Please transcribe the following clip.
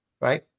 right